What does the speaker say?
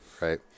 right